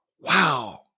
Wow